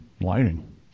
lighting